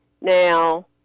Now